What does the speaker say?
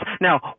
Now